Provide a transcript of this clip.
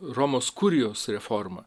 romos kurijos reforma